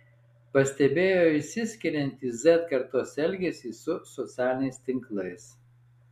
pastebėjo išsiskiriantį z kartos elgesį su socialiniais tinklais